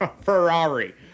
Ferrari